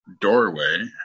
doorway